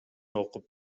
окуп